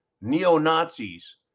neo-Nazis